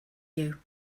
you